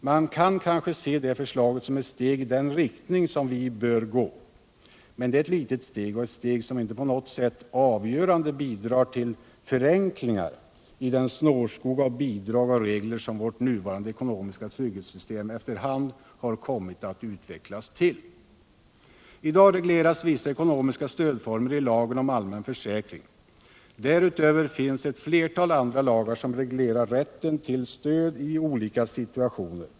Man kan kanske se det förslaget som ett steg i den riktning som vi bör följa. Men det är ett litet steg, som inte på något avgörande sätt bidrar till förenklingar i den snårskog av bidrag och regler som vårt nuvarande ekonomiska trygghetssystem efter hand har kommit att utvecklas till. I dag regleras vissa ekonomiska stödformer i lagen om allmän försäkring. Därutöver finns ett flertal andra lagar som reglerar rätten till stöd i olika situationer.